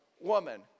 woman